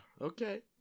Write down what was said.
Okay